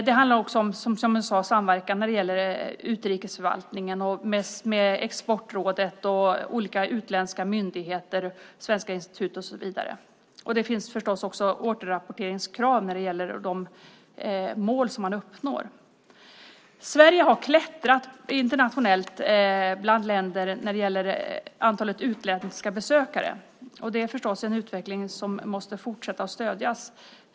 Det handlar också, som jag sade, om samverkan när det gäller utrikesförvaltningen med Exportrådet och olika utländska myndigheter, Svenska institutet och så vidare. Det finns förstås också återrapporteringskrav när det gäller de mål som man uppnår. Sverige har klättrat bland länder när det gäller antalet utländska besökare. Det är förstås en utveckling som måste fortsätta att stödjas.